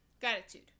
Gratitude